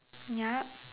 yup